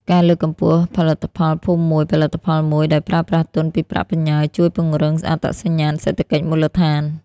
ការលើកកម្ពស់ផលិតផល "ភូមិមួយ ផលិតផលមួយ" ដោយប្រើប្រាស់ទុនពីប្រាក់បញ្ញើ ជួយពង្រឹងអត្តសញ្ញាណសេដ្ឋកិច្ចមូលដ្ឋាន។